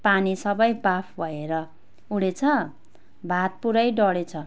पानी सबै बाफ भएर उडेछ भात पुरा डडेछ